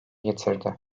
yitirdi